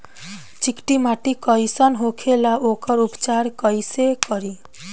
चिकटि माटी कई सन होखे ला वोकर उपचार कई से करी?